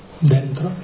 dentro